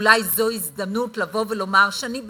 אולי זו הזדמנות לבוא ולומר שאני בטוחה,